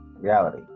Reality